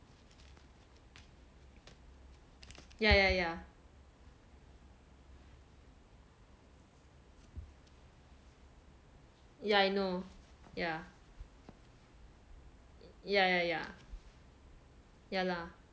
yeah yeah yeah yeah I know ya ya ya ya ya lah